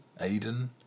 aiden